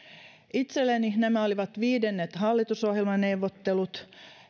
itselleni nämä olivat viidennet hallitusohjelmaneuvottelut